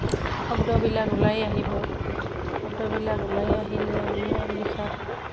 শব্দবিলাক ওলাই আহিব শব্দবিলাক ওলাই আহিলে আমিও লিখাত